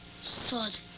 Sod